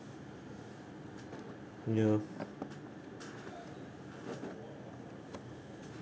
ya